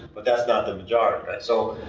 but that's not the majority, right? so,